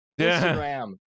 Instagram